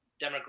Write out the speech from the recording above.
demographic